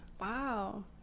Wow